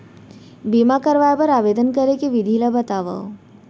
बीमा करवाय बर आवेदन करे के विधि ल बतावव?